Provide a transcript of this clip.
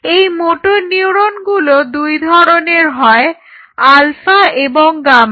এই মোটর নিউরনগুলো দুই ধরনের হয় আলফা এবং গামা